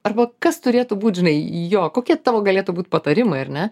arba kas turėtų būt žinai jo kokie tavo galėtų būt patarimai ar ne